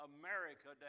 america